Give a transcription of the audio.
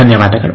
ಧನ್ಯವಾದಗಳು